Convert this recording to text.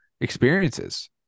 experiences